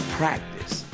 practice